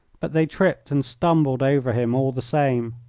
but they tripped and stumbled over him all the same.